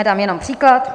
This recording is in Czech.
Dám jenom příklad.